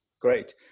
Great